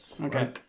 Okay